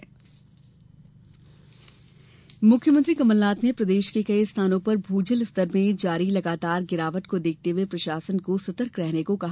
CM पेयजल मुख्यमंत्री कमलनाथ ने प्रदेश के कई स्थानों पर भूजल स्तर में जारी लगातार गिरावट को देखते हए प्रशासन को सतर्क रहने को कहा हैं